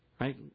Right